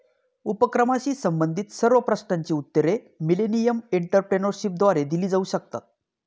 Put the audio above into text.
उपक्रमाशी संबंधित सर्व प्रश्नांची उत्तरे मिलेनियम एंटरप्रेन्योरशिपद्वारे दिली जाऊ शकतात